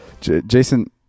Jason